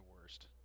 worst